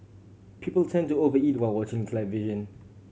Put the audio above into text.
people tend to over eat while watching the television